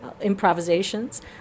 improvisations